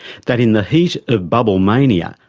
that in the heat of bubble mania,